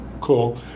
Cool